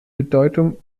bedeutung